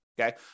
Okay